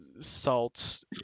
salt